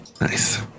Nice